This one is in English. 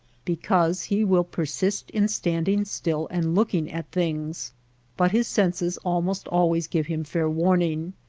be cause he will persist in standing still and look ing at things but his senses almost always give him fair warning.